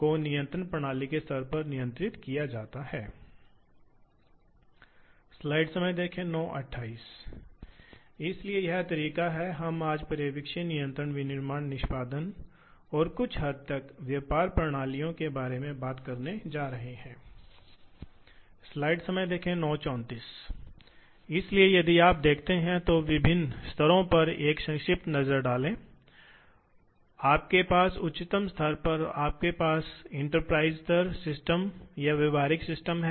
इसलिए संक्षेप में यदि आप मशीन की विशेषता को देखते हैं तो हमारे पास है हमें घूर्णी गति पैदा करनी होगी जो स्पिंडल ड्राइव द्वारा बनाई गई है हमें रैखिक गति बनानी होगी जो टेबल ड्राइव और टेबल ड्राइव द्वारा बनाई गई है मूल रूप से ड्राइव घूर्णी है बॉल स्क्रू या रैक पिनियन का उपयोग करके एक रैखिक गति रूपांतरण होता है आमतौर पर बॉल स्क्रू बेहतर सटीकता और गाइड तरीके देता है